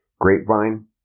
Grapevine